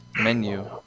Menu